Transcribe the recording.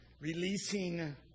releasing